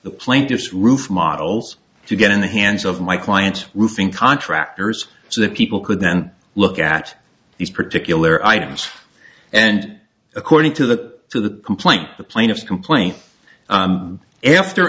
the plaintiffs roof models to get in the hands of my client roofing contractors so that people could then look at these particular items and according to that to the complaint the plaintiff complaint after